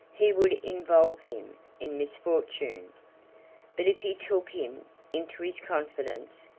he would involve him in misfortune but if he took him into his confidence,